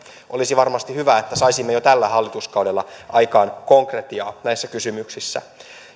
olisi varmasti hyvä että saisimme jo tällä hallituskaudella aikaan konkretiaa näissä kysymyksissä